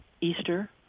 Easter